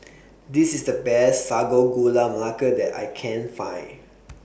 This IS The Best Sago Gula Melaka that I Can Find